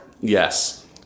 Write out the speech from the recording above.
yes